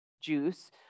juice